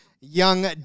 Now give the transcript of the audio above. young